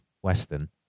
western